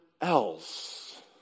else